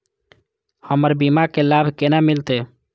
हमर बीमा के लाभ केना मिलते?